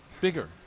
bigger